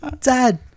Dad